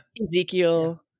Ezekiel